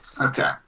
Okay